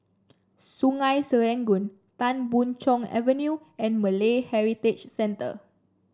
Sungei Serangoon Tan Boon Chong Avenue and Malay Heritage Centre